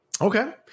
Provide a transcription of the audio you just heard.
Okay